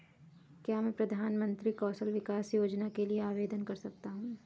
क्या मैं प्रधानमंत्री कौशल विकास योजना के लिए आवेदन कर सकता हूँ?